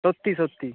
সত্যি সত্যি